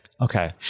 Okay